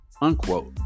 unquote